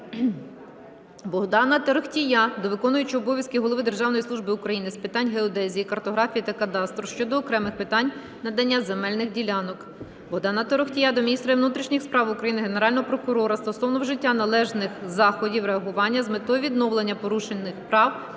Богдана Торохтія до виконуючого обов'язки голови Державної служби України з питань геодезії, картографії та кадастру щодо окремих питань надання земельних ділянок. Богдана Торохтія до міністра внутрішніх справ України, Генерального прокурора стосовно вжиття належних заходів реагування з метою відновлення порушених прав